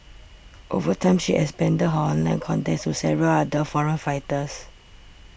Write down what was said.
over time she expanded her online contacts to several other foreign fighters